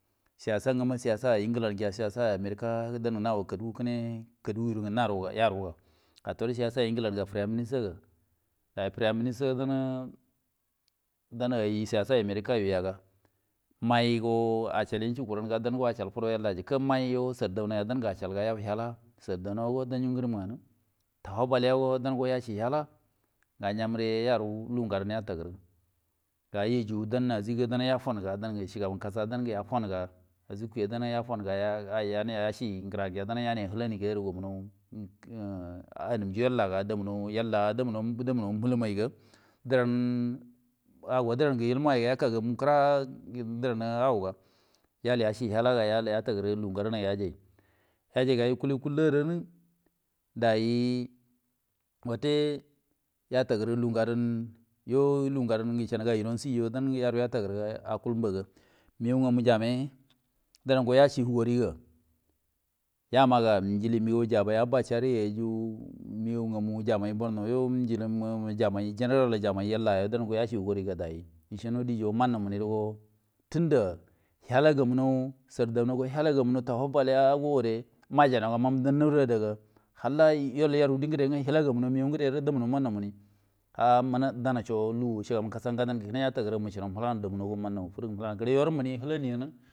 En je siyasa siyasa amirka dan gle kadu kadu kine yarunga gatori siyasa ingilanga prime minista ga ai prime minista dini dan ai siyasa amirkan yu yuga mai yi go acal inci koronga dan acal fudo yellange mai yo sardaunange acal ga, yau hela wo dan ngrim ngani tafabelewo yaci hala nga ngemuriga yaru lugu ngadan yitage dai yujugu ajik go dan yifinai ge dan shugaban kasa dan ge yafanga ajikwa dan ge yafange yani hilaniga damuro anun ge yella ga funu yella dunai hi muhilun moi ga dan awo diren ge ilmu ga yaka gamu kiran ge diran awonga yal yazi hala nga yijero yiji yaji ga wukul wukul adanga dayyi wute atagiri lugu ga dan yo lugu gadan ceniga ironsi yo itagiri ge acal mba ga mago nganu jama dirango yaci hogoni ga yama njili mego jamai abba kyari yei yu mego ngamu jamai bornoj jilinmu general mu yello gan sogari gede mini yo tinda halagamu sardauna go hala ganmo tafabalewa wo adan majanoga naji aden ma ajiya ga ro halla ajinge die gedenga halanamu go meyo gede gudo dammo halagamu ah an wolo aca gadon ge nabinico damunu halake wo manwo fudu.